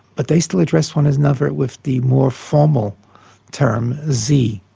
but they still addressed one another with the more formal term sie.